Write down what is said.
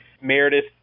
Meredith